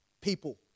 people